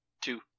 Two